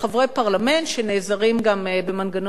שנעזרים גם במנגנון אדמיניסטרטיבי,